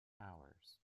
hours